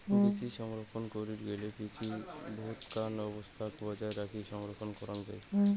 বীচি সংরক্ষণ করির গেইলে বীচি ভুতকান অবস্থাক বজায় রাখি সংরক্ষণ করাং যাই